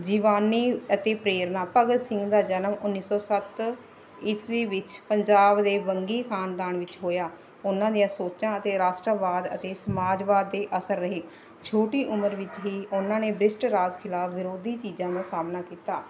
ਜੀਵਨੀ ਅਤੇ ਪ੍ਰੇਰਨਾ ਭਗਤ ਸਿੰਘ ਦਾ ਜਨਮ ਉੱਨੀ ਸੌ ਸੱਤ ਈਸਵੀ ਵਿੱਚ ਪੰਜਾਬ ਦੇ ਬੰਗੀ ਖਾਨਦਾਨ ਵਿੱਚ ਹੋਇਆ ਉਹਨਾਂ ਦੀਆਂ ਸੋਚਾਂ ਅਤੇ ਰਾਸ਼ਟਰਵਾਦ ਅਤੇ ਸਮਾਜਵਾਦ ਦੇ ਆਸਰੇ ਛੋਟੀ ਉਮਰ ਵਿੱਚ ਹੀ ਉਹਨਾਂ ਨੇ ਬ੍ਰਿਸ਼ਟ ਰਾਜ ਖਿਲਾਫ ਵਿਰੋਧੀ ਚੀਜ਼ਾਂ ਦਾ ਸਾਹਮਣਾ ਕੀਤਾ